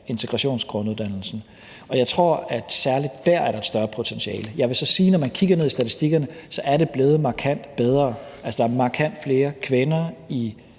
integrationsgrunduddannelsen, og jeg tror, at der særlig dér er et større potentiale. Jeg vil så sige, at når man kigger ned i statistikkerne, kan man se, at det er blevet markant bedre. Der er markant flere kvinder i